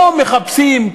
לא מחפשים,